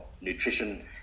nutrition